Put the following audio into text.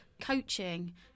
coaching